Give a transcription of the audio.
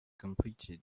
completed